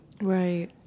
Right